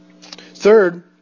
Third